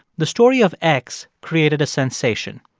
the story of x created a sensation.